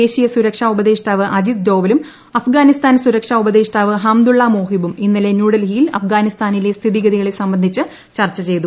ദേശീയ സുരക്ഷാ ഉപദേഷ്ടാവ് അജിത് ഡോവലും അഫ്ഗാനിസ്ഥാൻ സൂരക്ഷാ ഉപദേഷ്ടാവ് ഹംദുള്ള മോഹിബും ഇന്നലെ ന്യൂഡൽഹിയിൽ അഫ്ഗാനിസ്ഥാനിലെ സ്ഥിതിഗതികളെ സംബന്ധിച്ച് ചർച്ച ചെയ്തു